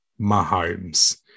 Mahomes